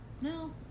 No